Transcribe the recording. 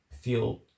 feel